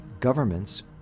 governments